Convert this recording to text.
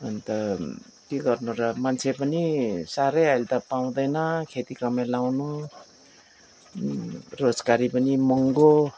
अन्त के गर्नु र मान्छे पनि साह्रै अहिले त पाउँदैन खेती कमाइ लगाउनु रोजगारी पनि महँगो